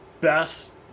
best